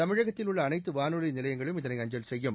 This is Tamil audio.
தமிழகத்தில் உள்ள அனைத்து வானொலி நிலையங்களும் இதனை அஞ்சல் செய்யும்